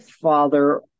father